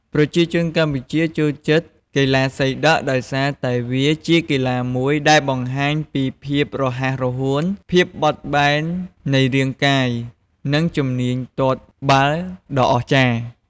ប្រជាជនកម្ពុជាចូលចិត្តកីឡាសីដក់ដោយសារតែវាជាកីឡាមួយដែលបង្ហាញពី ភាពរហ័សរហួន ភាពបត់បែននៃរាងកាយ និង ជំនាញទាត់បាល់ដ៏អស្ចារ្យ។